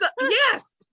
yes